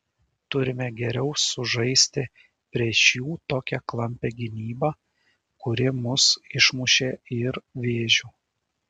turime geriau sužaisti prieš jų tokią klampią gynybą kuri mus išmušė ir vėžių